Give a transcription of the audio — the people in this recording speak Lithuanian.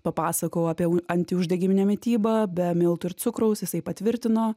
papasakojau apie antiuždegiminių mitybą be miltų ir cukraus jisai patvirtino